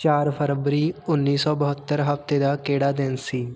ਚਾਰ ਫਰਵਰੀ ਉੱਨੀ ਸੌ ਬਹੱਤਰ ਹਫ਼ਤੇ ਦਾ ਕਿਹੜਾ ਦਿਨ ਸੀ